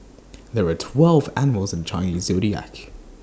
there are twelve animals in the Chinese Zodiac